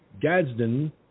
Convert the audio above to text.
Gadsden